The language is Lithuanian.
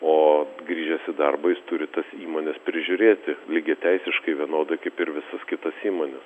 o grįžęs į darbą jis turi tas įmonių prižiūrėti lygiateisiškai vienodai kaip ir visas kitas įmones